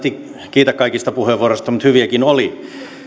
kiitä kaikista puheenvuoroista mutta hyviäkin oli